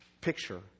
picture